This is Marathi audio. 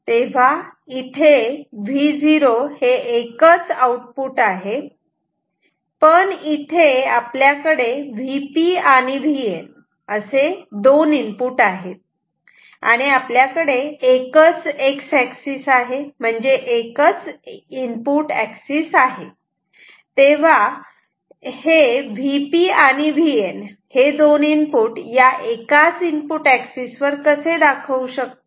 तेव्हा इथे Vo हे एकच आउटपुट आहे पण इथे आपल्याकडे Vp आणि Vn असे दोन इनपुट आहेत आणि आपल्याकडे एकच X एक्सिस म्हणजे एकच इनपुट एक्सिस आहे आणि तेव्हा मी Vp आणि Vn हे दोन इनपुट या एकाच इनपुट एक्सिस वर कसे दाखवू शकतो